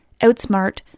outsmart